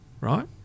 right